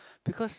because